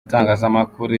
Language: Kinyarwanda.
itangazamakuru